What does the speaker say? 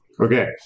Okay